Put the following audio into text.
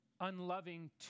unloving